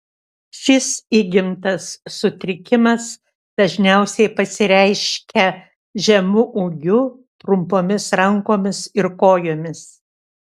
šis įgimtas sutrikimas dažniausiai pasireiškia žemu ūgiu trumpomis rankomis ir kojomis